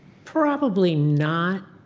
probably not.